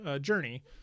journey